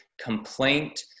complaint